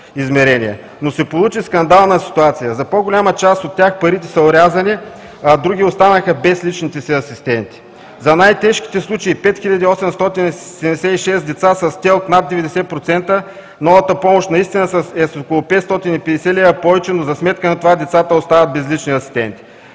Но се получи скандална ситуация. За по-голяма част от тях парите са орязани, а други останаха без личните си асистенти. За най-тежките случаи – 5876 деца с ТЕЛК над 90% новата помощ наистина е с около 550 лв. повече, но за сметка на това децата остават без лични асистенти.